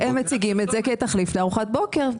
הם מציגים את זה כתחליף לארוחת בוקר.